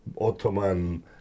Ottoman